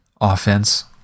offense